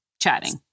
chatting